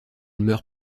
meurt